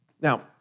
Now